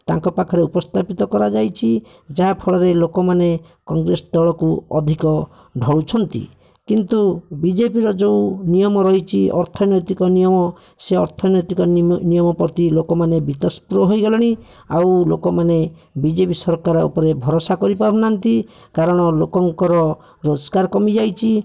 ତାଙ୍କ ପାଖରେ ଉପସ୍ଥାପିତ କରାଯାଇଛି ଯାହାଫଳରେ ଲୋକମାନେ କଂଗ୍ରେସ ଦଳକୁ ଅଧିକ ଧାଉଁଛନ୍ତି କିନ୍ତୁ ବିଜେପିର ଯେଉଁ ନିୟମ ରହିଛି ଅର୍ଥନୈତିକ ନିୟମ ସେ ଅର୍ଥନୈତିକ ନିୟମ ପ୍ରତି ଲୋକମାନେ ବିତୃଷ୍ଣ ହୋଇଗଲେଣି ଆଉ ଲୋକମାନେ ବି ଜେ ପି ସରକାର ଉପରେ ଭରସା କରିପାରୁନାହାଁନ୍ତି କାରଣ ଲୋକଙ୍କର ରୋଜଗାର କମିଯାଇଚି